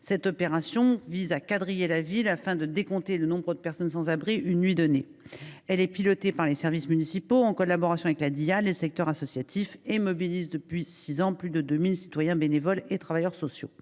Cette opération consiste à quadriller la ville afin de décompter le nombre de personnes sans abri une nuit donnée. Elle est pilotée par les services municipaux, en collaboration avec la Dihal et le secteur associatif, et mobilise depuis six ans plus de 2 000 citoyens bénévoles et travailleurs sociaux.